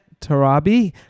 Tarabi